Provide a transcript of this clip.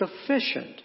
sufficient